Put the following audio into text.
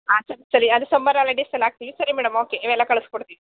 ಹಾಂ ಸರಿ ಸರಿ ಅದು ಸಮ್ಮರ್ ಹಾಲಿಡೇಸಲ್ಲಿ ಹಾಕ್ತೀವಿ ಸರಿ ಮೇಡಮ್ ಓಕೆ ಇವೆಲ್ಲ ಕಳಿಸ್ಕೊಡ್ತೀವಿ